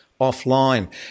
offline